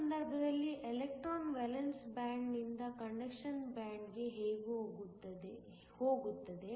ಈ ಸಂದರ್ಭದಲ್ಲಿ electron valence band ನಿಂದ ಕಂಡಕ್ಷನ್ ಬ್ಯಾಂಡ್ ಗೆ ಹೋಗುತ್ತದೆ